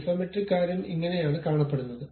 isometric കാര്യം ഇങ്ങനെയാണ് കാണപ്പെടുന്നത്